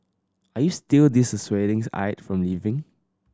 are you still dissuadings Aide from leaving